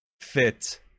fit